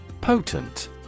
Potent